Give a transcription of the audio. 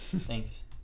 Thanks